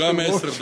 גם עשר דקות.